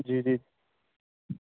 جی جی